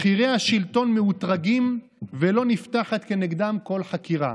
בכירי השלטון מאותרגים ולא נפתחת כנגדם כל חקירה.